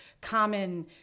common